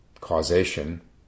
causation